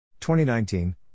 2019